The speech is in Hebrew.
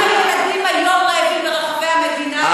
כמה ילדים היום רעבים ברחבי המדינה?